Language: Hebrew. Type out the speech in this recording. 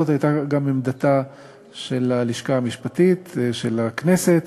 זאת הייתה גם עמדתה של הלשכה המשפטית של הכנסת.